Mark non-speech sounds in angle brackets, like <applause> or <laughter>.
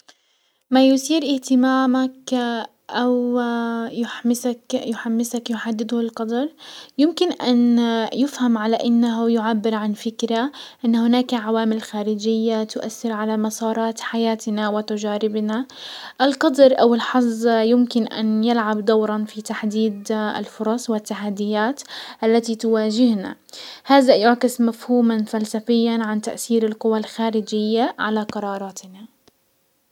ما يثير اهتمامك <hesitation> او <hesitation> يحمسك -يحمسك يحدده القدر. يمكن انه يفهم على انه يعبر عن فكرة ان هناك عوامل خارجية تؤثر على مسارات حياتنا وتجاربنا. القدر او يمكن ان يلعب دورا في تحديد الفرص والتحديات التي تواجهنا. هذا يعكس مفهوما فلسفيا عن تأثير القوى الخارجية على قراراتنا.